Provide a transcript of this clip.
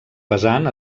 pesant